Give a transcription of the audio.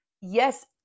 yes